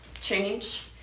change